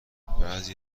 بعضی